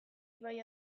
ibai